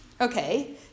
Okay